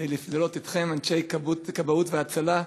כדי לראות אתכם, אנשי כבאות והצלה.